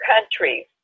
countries